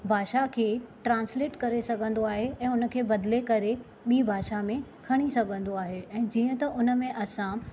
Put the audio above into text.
भाषा खे ट्रांसलेट करे सघंदो आहे ऐं उन खे बदले करे ॿी भाषा में खणी सघंदो आहे ऐं जीअं त उन में असां